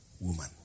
woman